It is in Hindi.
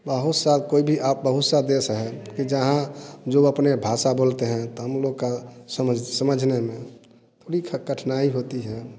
बहुत सा कोई भी आप बहुत सा देश है कि जहाँ जो अपने भाषा बोलते हैं तो हम लोग का समझने में थोड़ी कठिनाई होती है